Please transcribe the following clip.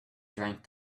drank